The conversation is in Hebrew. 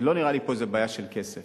לא נראה לי פה שזו בעיה של כסף.